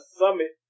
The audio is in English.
summit